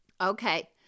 Okay